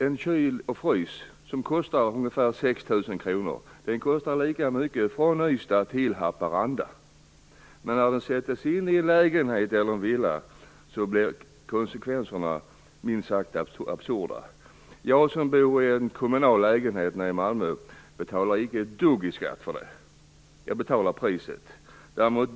En kyl frysen kostar.